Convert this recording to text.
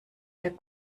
der